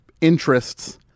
interests